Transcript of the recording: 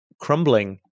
crumbling